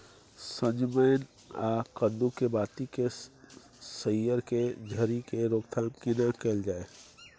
सजमैन आ कद्दू के बाती के सईर के झरि के रोकथाम केना कैल जाय?